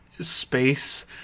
space